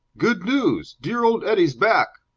good news! dear old eddie's back!